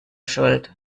schuld